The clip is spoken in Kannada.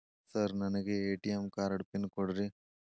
ಸರ್ ನನಗೆ ಎ.ಟಿ.ಎಂ ಕಾರ್ಡ್ ಪಿನ್ ಕೊಡ್ರಿ?